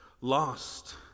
Lost